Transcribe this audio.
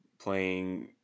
playing